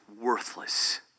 worthless